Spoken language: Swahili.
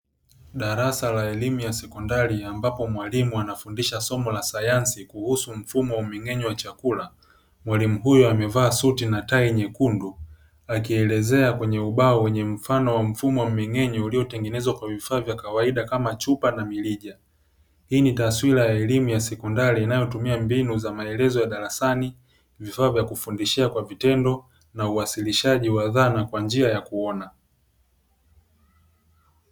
Darasa la elimu ya sekondari ambapo mwalimu anafundisha somo la sayansi kuhusu mfumo wa mmeng'enyo wa chakula, mwalimu huyo amevaa suti na tai nyekundu akielezea kwenye ubao wa mfano wa mfumo wa mmeng'enyo ulio tengenezwa kwa vifaa vya kawaida mfano chupa na mirija, hii ni taswira ya elimu ya sekondari inayotumia mbinu za maelezo ya darasani, vifaa vya kufundishia kwa vitendo, na uwasilishaji wa dhana kwa njia ya kuona.